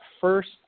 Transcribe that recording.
first